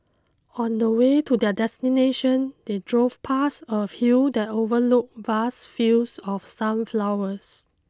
on the way to their destination they drove past a hill that overlooked vast fields of sunflowers